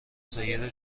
سایر